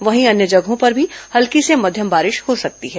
वहीं अन्य जगहों पर भी हल्की से मध्यम बारिश हो सकती है